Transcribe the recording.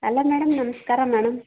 hello madam ನಮಸ್ಕಾರ madam